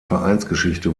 vereinsgeschichte